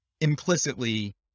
implicitly